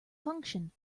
function